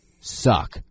suck